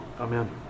Amen